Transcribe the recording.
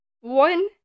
one